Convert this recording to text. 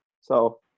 So-